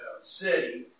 city